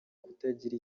kutagira